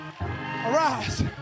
arise